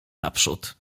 naprzód